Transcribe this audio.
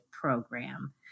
Program